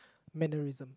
mannerism